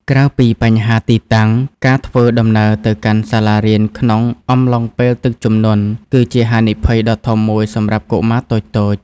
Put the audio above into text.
ក្រៅពីបញ្ហាទីតាំង ការធ្វើដំណើរទៅកាន់សាលារៀនក្នុងអំឡុងពេលទឹកជំនន់គឺជាហានិភ័យដ៏ធំមួយសម្រាប់កុមារតូចៗ។